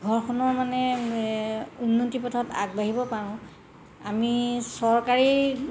ঘৰখনৰ মানে উন্নতি পথত আগবাঢ়িব পাৰোঁ আমি চৰকাৰী